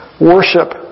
worship